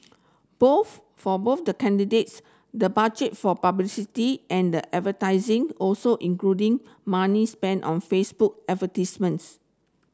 both for both the candidates the budget for publicity and the avertising also including money spent on Facebook advertisements